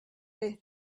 they